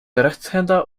rechtshänder